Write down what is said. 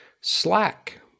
Slack